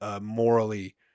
morally